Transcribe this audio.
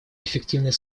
эффективный